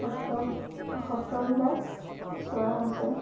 সত্ৰ সত্ৰবিলাক চোৱা হৈছে